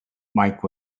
mike